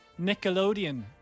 Nickelodeon